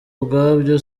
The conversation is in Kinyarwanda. ubwabyo